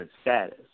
status